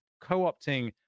co-opting